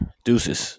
Deuces